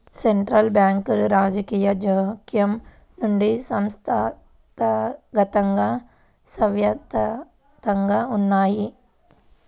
central బ్యాంకులు రాజకీయ జోక్యం నుండి సంస్థాగతంగా స్వతంత్రంగా ఉన్నయ్యి